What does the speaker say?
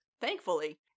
Thankfully